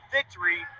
victory